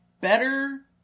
better